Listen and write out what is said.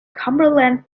cumberland